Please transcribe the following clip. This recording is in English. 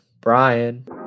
Brian